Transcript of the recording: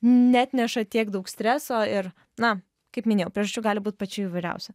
neatneša tiek daug streso ir na kaip minėjau priežasčių gali būti pačių įvairiausių